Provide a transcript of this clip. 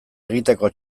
egiteko